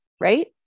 right